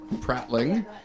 prattling